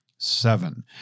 Seven